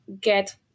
get